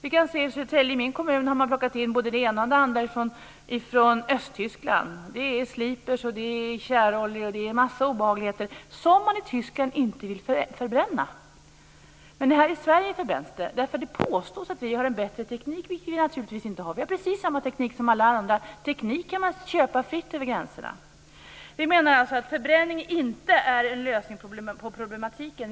I min kommun, Södertälje, har man plockat in både det ena och det andra från östra Tyskland. Det är sliprar, tjäroljor och en massa obehagligheter som man i Tyskland inte vill förbränna. Men här i Sverige förbränns det därför att det påstås att vi har en bättre teknik, vilket vi naturligtvis inte har. Vi har precis samma teknik som alla andra! Teknik kan man köpa fritt över gränserna. Förbränning är alltså inte någon lösning på problemen.